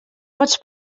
pots